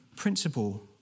Principle